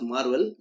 Marvel